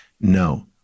no